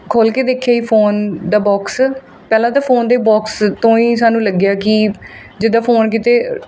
ਖੋਲ੍ਹ ਕੇ ਦੇਖਿਆ ਜੀ ਫੋਨ ਦਾ ਬੋਕਸ ਪਹਿਲਾਂ ਤਾਂ ਫੋਨ ਦੇ ਬੋਕਸ ਤੋਂ ਹੀ ਸਾਨੂੰ ਲੱਗਿਆ ਕਿ ਜਿਦਾਂ ਫੋਨ ਕਿਤੇ